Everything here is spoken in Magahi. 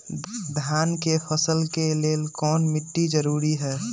धान के फसल के लेल कौन मिट्टी जरूरी है?